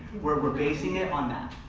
we're we're basing it on that.